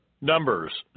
Numbers